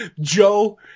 Joe